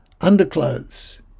underclothes